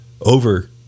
over